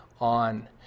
on